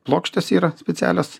plokštės yra specialios